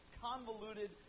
convoluted